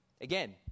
Again